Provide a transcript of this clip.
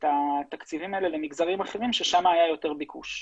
התקציבים האלה למגזרים אחרים ששם היה יותר ביקוש.